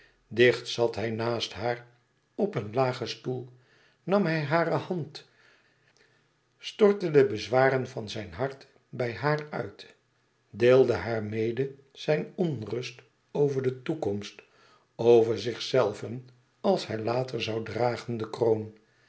dicht zat hij naast haar op een lagen stoel nam hij hare hand stortte de bezwaren van zijn hart bij haar uit deelde haar mede zijn onrust over de toekomst over zichzelven als hij later zoû dragen de kroon